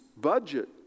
budget